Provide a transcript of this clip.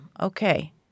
okay